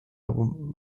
album